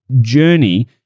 journey